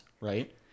right